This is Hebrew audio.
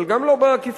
אבל גם לא בעקיפין,